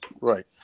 Right